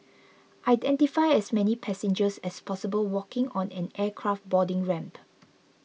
identify as many passengers as possible walking on an aircraft boarding ramp